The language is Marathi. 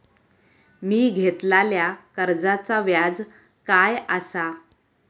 मी घेतलाल्या कर्जाचा व्याज काय आसा?